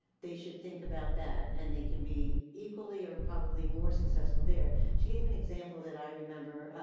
they should think about that, and they can be equally or probably more successful there. she gave an example that i remember.